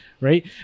right